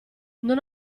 non